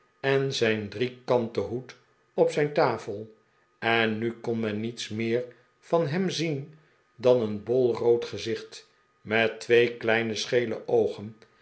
en zijn driekanten hoed op zijn tafel en nu kon men niets meer van hem zien dan een bol rood gezicht met twee kleine schele oogen